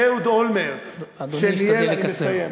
אהוד אולמרט, אדוני, תשתדל לקצר.